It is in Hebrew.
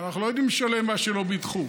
ואנחנו לא יודעים לשלם על מה שלא ביטחו.